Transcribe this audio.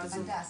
הדס